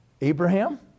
Abraham